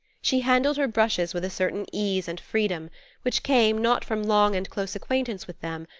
she handled her brushes with a certain ease and freedom which came, not from long and close acquaintance with them,